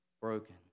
broken